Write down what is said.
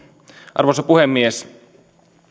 arvoisa puhemies